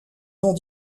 noms